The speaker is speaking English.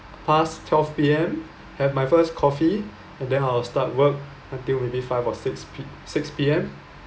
past twelve P_M have my first coffee and then I'll start work until maybe five or six p six P_M